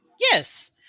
yes